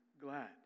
glad